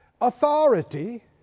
authority